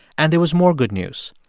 and there was more good news.